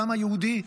העם היהודי,